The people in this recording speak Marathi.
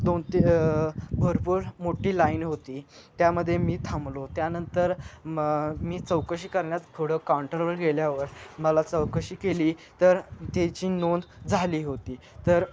दोन ते भरपूर मोठी लाईन होती त्यामध्ये मी थांबलो त्यानंतर मग मी चौकशी कण्यात थोडं काउंटरवर गेल्यावर मला चौकशी केली तर त्याची नोंद झाली होती तर